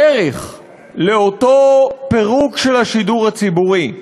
בדרך לאותו פירוק של השידור הציבורי,